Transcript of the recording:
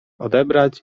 odebrać